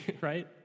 right